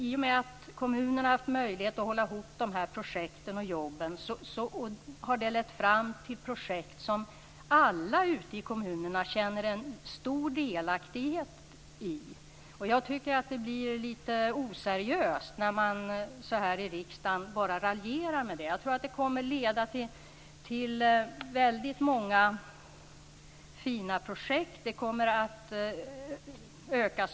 I och med att kommunerna har haft möjlighet att leda arbetet har det i sin tur lett fram till projekt som alla i kommunerna känner sig delaktiga i. Det blir litet oseriöst att raljera med dessa frågor i riksdagen. Det kommer att bli många fina projekt.